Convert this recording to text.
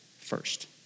first